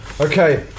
Okay